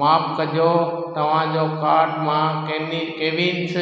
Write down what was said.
माफ़ु कॼो तव्हां जो कार्ट मां केवि केविन्स